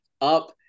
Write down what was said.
up